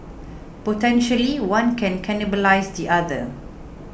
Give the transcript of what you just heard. potentially one can cannibalise the other